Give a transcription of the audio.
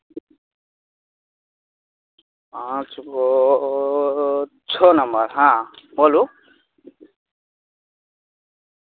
तऽ अहाँ अभी समस्तीपुरमे आयल छी तऽ अहाँ आबू ने दरभङ्गा दरभङ्गा चलि कऽ आबू स्टेशन पर तऽ हम वहाँ सँ अहाँके जे छै ने से सब जगह घुमा देब